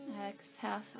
Exhale